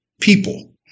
people